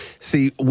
See